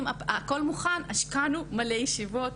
הכל מוכן, השקענו מלא ישיבות.